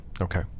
Okay